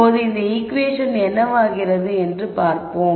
இப்போது இந்த ஈகுவேஷன் என்னவாகிறது என்று பார்ப்போம்